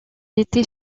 était